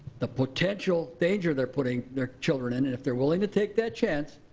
the potential danger they're putting their children in. and if they're willing to take that chance,